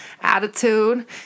attitude